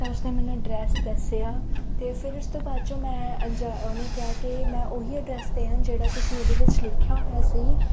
ਤਾਂ ਉਸਨੇ ਮੈਨੂੰ ਅਡਰੈਸ ਦੱਸਿਆ ਅਤੇ ਫਿਰ ਉਸ ਤੋਂ ਬਾਅਦ 'ਚ ਮੈਂ ਜਦੋਂ ਉਹਨੇ ਕਿਹਾ ਕਿ ਮੈਂ ਉਹੀ ਅਡਰੈਸ 'ਤੇ ਹਾਂ ਜਿਹੜਾ ਤੁਸੀਂ ਉਹਦੇ ਵਿੱਚ ਲਿਖਿਆ ਹੋਇਆ ਸੀ